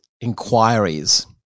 inquiries